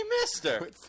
mister